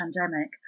pandemic